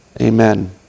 Amen